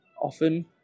often